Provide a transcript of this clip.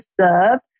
observed